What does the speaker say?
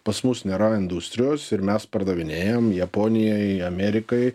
pas mus nėra industrijos ir mes pardavinėjam japonijai amerikai